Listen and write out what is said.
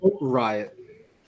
riot